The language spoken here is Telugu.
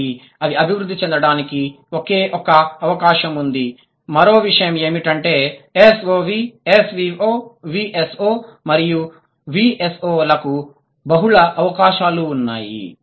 కాబట్టి అవి అభివృద్ధి చెందడానికి ఒకే ఒక అవకాశం ఉంది మరొ విషయం ఏమిటంటే SOV SVO VSO మరియు VSO లకు బహుళ అవకాశాలు ఉన్నాయి